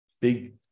big